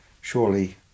Surely